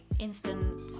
instant